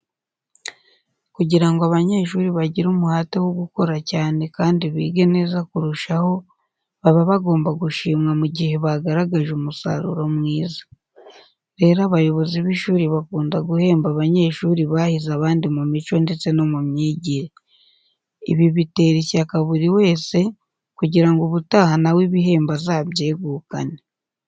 Kugira ngo abanyeshuri bagire umuhate wo gukora cyane kandi bige neza kurushaho baba bagomba gushimwa mu gihe bagaragaje umusaruro mwiza. Rero abayobozi b'ishuri bakunda guhemba abanyeshuri bahize abandi mu mico ndetse no mu myigire. Ibi bitera ishyaka buri wese kugira ngo ubutaha na we ibihembo azabyegukane.